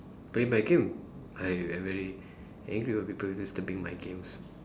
playing my game I I very angry when people disturbing my games